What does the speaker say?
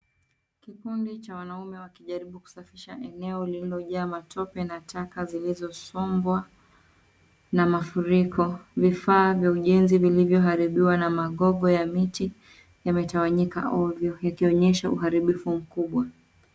Kikundi cha wanaume wakijaribu kusafisha eneo lililojaa matope na taka zilizosombwa na mafuriko .vifaa vya ujenzi vilivyo haribiwa na magogo ya miti ,yametawanyika ovyo ikionyesha uharibifu mkubwa.